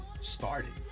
started